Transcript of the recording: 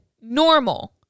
normal